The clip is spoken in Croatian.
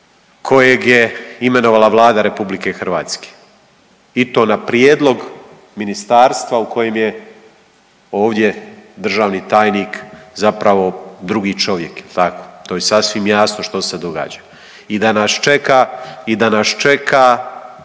kojeg je imenovala Vlada Republike Hrvatske i to na prijedlog ministarstva u kojem je ovdje državni tajnik zapravo drugi čovjek. Jel' tako? To je sasvim jasno što se događa i da nas čeka drage